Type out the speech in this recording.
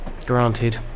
Granted